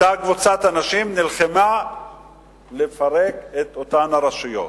אותה קבוצת אנשים נלחמה לפרק את אותן הרשויות.